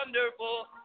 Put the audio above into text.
wonderful